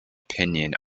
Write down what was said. opinion